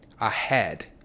ahead